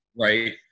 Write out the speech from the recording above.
Right